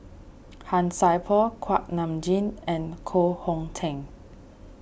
Han Sai Por Kuak Nam Jin and Koh Hong Teng